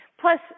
Plus